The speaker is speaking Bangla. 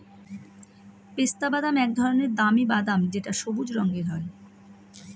পেস্তা বাদাম এক ধরনের দামি বাদাম যেটা সবুজ রঙের হয়